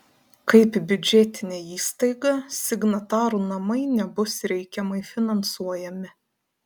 kaip biudžetinė įstaiga signatarų namai nebus reikiamai finansuojami